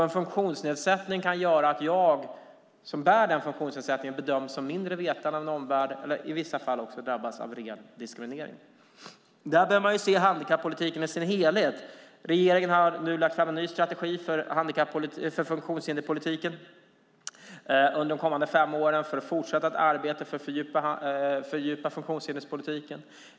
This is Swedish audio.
En funktionsnedsättning kan göra att jag som bär den funktionsnedsättningen bedöms som mindre vetande av en omvärld och i vissa fall drabbas av ren diskriminering. Där bör man se handkappolitiken i dess helhet. Regeringen har nu lagt fram en ny strategi för politiken för funktionshindrade under de kommande fem åren. Det handlar om att fortsätta arbetet för att fördjupa politiken för funktionshindrade.